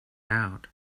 out